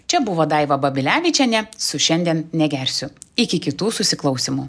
čia buvo daiva babilevičienė su šiandien negersiu iki kitų susiklausymų